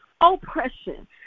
oppression